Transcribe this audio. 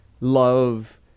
love